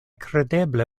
kredeble